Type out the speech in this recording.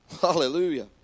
Hallelujah